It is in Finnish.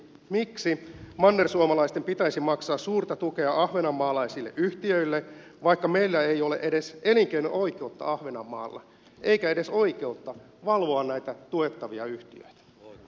miksi mannersuomalaisten pitäisi maksaa suurta tukea ahvenanmaalaisille yhtiöille vaikka meillä ei ole edes elinkeino oikeutta ahvenanmaalla eikä edes oikeutta valvoa näitä tuettavia yhtiöitä